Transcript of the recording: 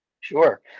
Sure